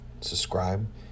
Subscribe